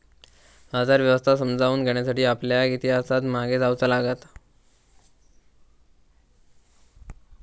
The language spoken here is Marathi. बाजार व्यवस्था समजावून घेण्यासाठी आपल्याक इतिहासात मागे जाऊचा लागात